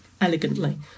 elegantly